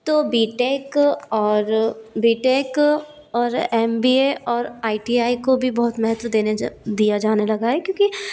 तो B tech और B tech और एम बी ए और आई टी आई को भी बहुत महत्व देने जा दिया जाने लगा है क्योंकि